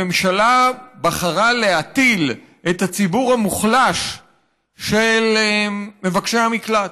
הממשלה בחרה להטיל את הציבור המוחלש של מבקשי המקלט,